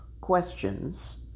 questions